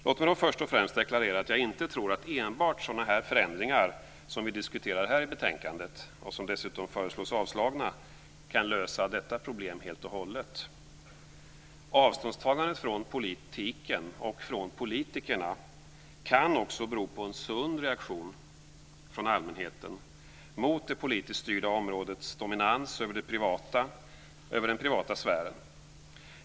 Låt mig då först och främst deklarera att jag inte tror att enbart sådana förändringar som vi diskuterar i detta betänkande, och som det dessutom föreslås avslag på, kan lösa detta problem helt och hållet. Avståndstagandet från politiken och från politikerna kan också bero på en sund reaktion från allmänheten mot det politiskt styrda områdets dominans över den privata sfären.